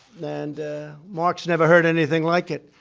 and mark has never heard anything like it.